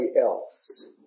else